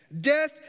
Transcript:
Death